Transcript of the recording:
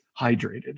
hydrated